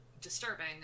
disturbing